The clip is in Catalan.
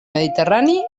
mediterrani